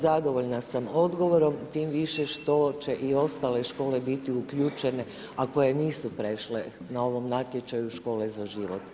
Zadovoljna sam odgovorom, tim više što će i ostale škole biti uključene a koje nisu prešle na ovom natječaju škole za život.